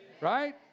right